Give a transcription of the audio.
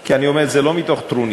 כי אני אומר את זה לא מתוך טרוניה.